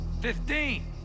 Fifteen